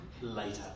later